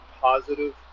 positive